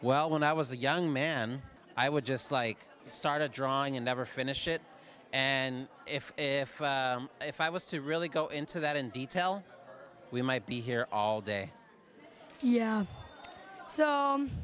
well when i was a young man i would just like start a drawing and never finish it and if if if i was to really go into that in detail we might be here all day